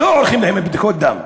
לא עורכים להם בדיקות דם.